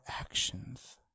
actions